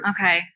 Okay